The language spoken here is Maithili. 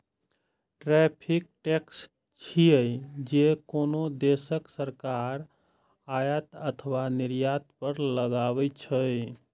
टैरिफ टैक्स छियै, जे कोनो देशक सरकार आयात अथवा निर्यात पर लगबै छै